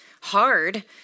hard